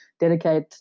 dedicate